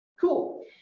Cool